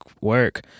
work